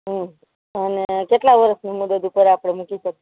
અને કેટલાં વર્ષની મુદ્દત ઉપર આપણે મૂકી શકીએ